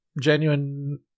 genuine